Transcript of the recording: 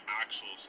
axles